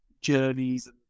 journeys